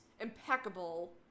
impeccable